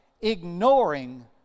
ignoring